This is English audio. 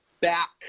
back